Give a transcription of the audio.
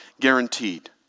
guaranteed